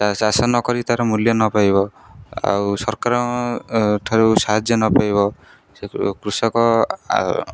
ଚାଷ ନ କରି ତାର ମୂଲ୍ୟ ନ ପାଇବ ଆଉ ସରକାରଙ୍କଠାରୁ ସାହାଯ୍ୟ ନ ପାଇବ ସେ କୃଷକ ଆଉ